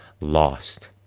lost